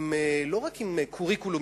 לא רק עם קוריקולום,